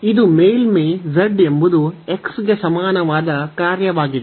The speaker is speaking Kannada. ಇದು ಮೇಲ್ಮೈ z ಎಂಬುದು x ಗೆ ಸಮಾನವಾದ ಕಾರ್ಯವಾಗಿದೆ